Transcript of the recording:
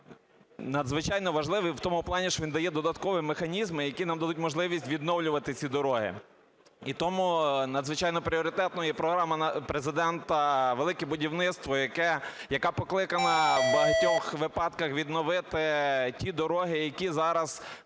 є надзвичайно важливим в тому плані, що він дає додаткові механізми, які нададуть можливість відновлювати ці дороги. І тому надзвичайно пріоритетною є програма Президента "Велике будівництво", яка покликана в багатьох випадках відновити ті дороги, які зараз